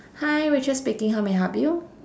hi rachel speaking how may I help you